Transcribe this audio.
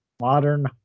modern